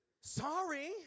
Sorry